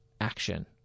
action